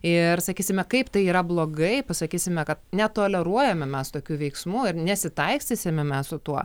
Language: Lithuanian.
ir sakysime kaip tai yra blogai pasakysime kad netoleruojame mes tokių veiksmų ar nesitaikstysime mes su tuo